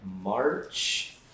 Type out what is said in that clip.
March